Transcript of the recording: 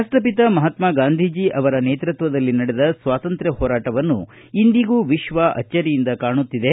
ರಾಷ್ಷಪಿತ ಮಹಾತ್ಮ ಗಾಂಧಿ ಅವರ ನೇತೃತ್ತದಲ್ಲಿ ನಡೆದ ಸ್ವಾತಂತ್ರ್ಯ ಹೋರಾಟವನ್ನು ಇಂದಿಗೂ ವಿಶ್ವ ಅಚ್ವರಿಯಿಂದ ಕಾಣುತ್ತಿದೆ